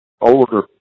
older